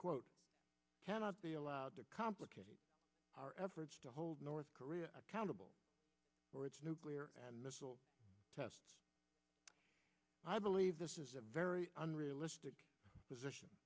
quote cannot be allowed to complicate our efforts to hold north korea accountable for its nuclear and missile tests i believe this is a very unrealistic position